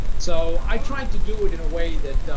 so i tried to do it in a way that,